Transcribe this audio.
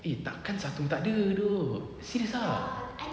eh tak kan satu tak ada serious ah